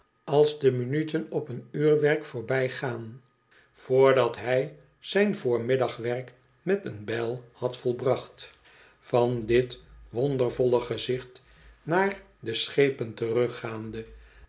als de minuten op een uurwerk voorbijgaan vrdat hij zijn voor middag werk met een bijl had volbracht van dit wondervolle gezicht naar de schepen terruggaande